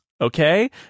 okay